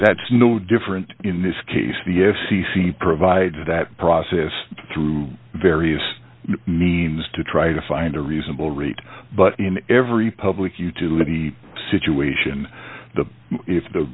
that's no different in this case the f c c provides that process through various means to try to find a reasonable rate but in every public utility situation the if the